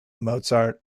mozart